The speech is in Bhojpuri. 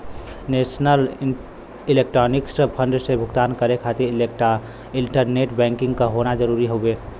नेशनल इलेक्ट्रॉनिक्स फण्ड से भुगतान करे खातिर इंटरनेट बैंकिंग क होना जरुरी हउवे